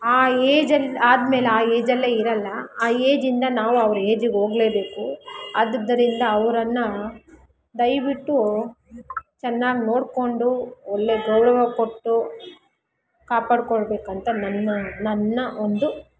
ಆ ಏಜಲ್ಲಿ ಆದ್ಮೇಲೆ ಆ ಏಜಲ್ಲೇ ಇರಲ್ಲ ಆ ಏಜಿಂದ ನಾವು ಅವ್ರ ಏಜಿಗೋಗಲೇಬೇಕು ಆದುದರಿಂದ ಅವ್ರನ್ನು ದಯವಿಟ್ಟು ಚೆನ್ನಾಗಿ ನೋಡಿಕೊಂಡು ಒಳ್ಳೆ ಗೌರವ ಕೊಟ್ಟು ಕಾಪಾಡ್ಕೊಳ್ಳಬೇಕಂತ ನನ್ನ ನನ್ನ ಒಂದು